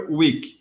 week